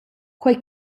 quei